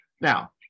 now